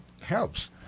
helps